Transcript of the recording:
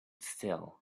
still